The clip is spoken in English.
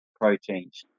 proteins